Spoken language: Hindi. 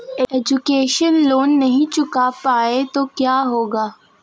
एजुकेशन लोंन नहीं चुका पाए तो क्या होगा?